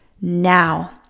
now